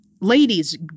ladies